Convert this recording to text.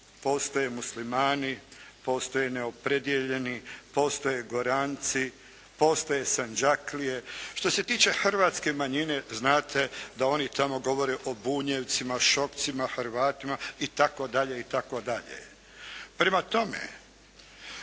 postoje Muslimani, postoje neopredjeljeni, postoje Goranci, postoje Sanđaklije. Što se tiče hrvatske manjine znate da oni tamo govore o Bunjevcima, Šokcima, Hrvatima i tako dalje i tako dalje.